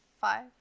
Five